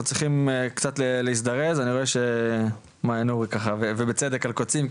אנחנו צריכים קצת להזדרז ואני רואה שמאיה נורי ככה ובצדק על קוצים,